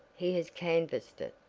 he has canvassed it.